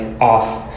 off